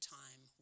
time